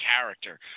character